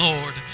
Lord